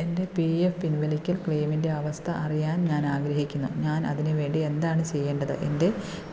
എന്റെ P F പിൻവലിക്കൽ ക്ലെയിമിന്റെ അവസ്ഥ അറിയാൻ ഞാൻ ആഗ്രഹിക്കുന്നു ഞാൻ അതിനുവേണ്ടി എന്താണ് ചെയ്യേണ്ടത് എന്റെ